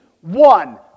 one